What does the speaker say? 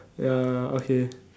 ya okay